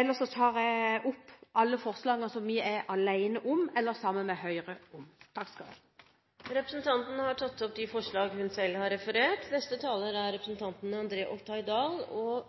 Ellers tar jeg opp alle forslagene som vi er alene om, og dem vi er sammen med Høyre om. Representanten Åse Michaelsen har tatt opp de forslagene hun refererte til. Jeg er enig med sistnevnte taler.